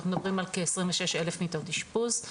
אנחנו מדברים על כ-26,000 מיטות אשפוז,